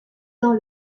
dans